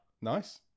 Nice